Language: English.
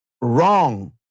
wrong